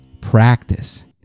practice